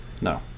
no